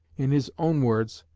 in his own words,